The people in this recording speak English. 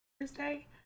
Thursday